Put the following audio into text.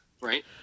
right